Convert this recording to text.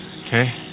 okay